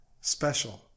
special